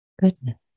goodness